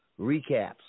recaps